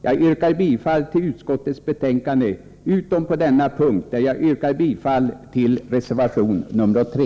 Jag yrkar bifall till utskottets hemställan utom på den punkt jag nyss berört, där jag yrkar bifall till reservation 3.